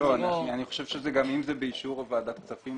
אני חושב שאם זה באישור ועדת הכספים,